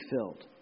filled